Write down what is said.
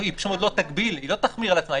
היא לא תחמיר על עצמה.